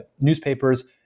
newspapers